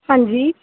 ਹਾਂਜੀ